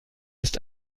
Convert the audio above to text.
ist